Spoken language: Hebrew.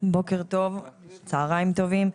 צוהריים טובים,